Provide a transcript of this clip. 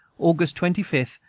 august twenty five,